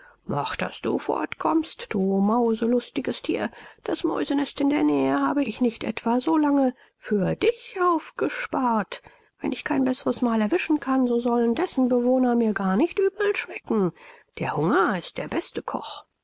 mach daß du fort kommst du mauselustiges thier das mäusenest in der nähe habe ich nicht etwa so lange für dich aufgespart wenn ich kein besseres mahl erwischen kann so sollen dessen bewohner mir gar nicht übel schmecken der hunger ist der beste koch